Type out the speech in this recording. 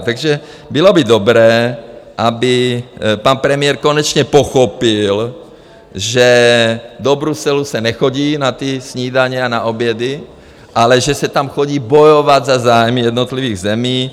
Takže bylo by dobré, aby pan premiér konečně pochopil, že do Bruselu se nechodí na ty snídaně a na obědy, ale že se tam chodí bojovat za zájmy jednotlivých zemí.